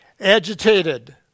agitated